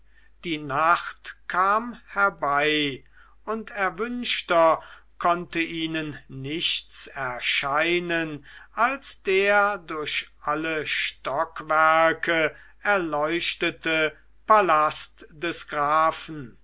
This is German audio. die nacht kam herbei und erwünschter konnte ihnen nichts erscheinen als der durch alle stockwerke erleuchtete palast des grafen